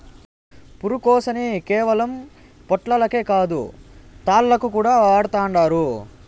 పురికొసని కేవలం పొట్లాలకే కాదు, తాళ్లుగా కూడా వాడతండారు